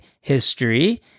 history